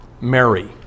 Mary